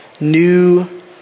new